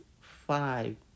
five